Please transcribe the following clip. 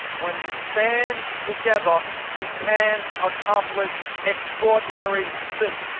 when we stand together, we can accomplish extraordinary things.